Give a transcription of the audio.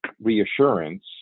reassurance